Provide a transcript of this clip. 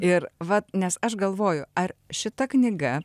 ir va nes aš galvoju ar šita knyga